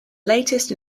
latest